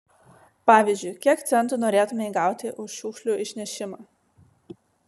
pavyzdžiui kiek centų norėtumei gauti už šiukšlių išnešimą